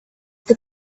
the